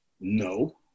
No